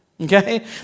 Okay